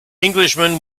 englishman